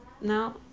No